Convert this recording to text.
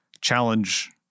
challenge